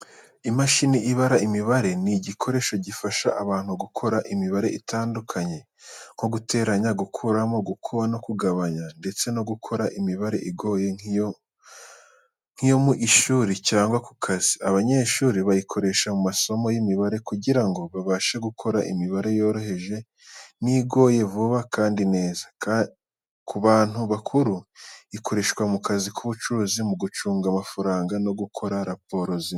Imashini ibara imibare ni igikoresho gifasha abantu gukora imibare itandukanye nko guteranya, gukuramo, gukuba no kugabanya, ndetse no gukora imibare igoye nk’iyo mu ishuri cyangwa ku kazi. Abanyeshuri bayikoresha mu masomo y’imibare kugira ngo babashe gukora imibare yoroheje n’igoye vuba kandi neza. Ku bantu bakuru, ikoreshwa mu kazi k’ubucuruzi, mu gucunga amafaranga no gukora raporo z’imibare.